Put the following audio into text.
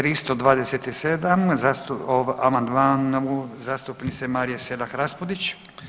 327 amandman zastupnice Marije Selak Raspudić.